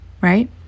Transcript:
Right